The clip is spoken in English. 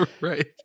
Right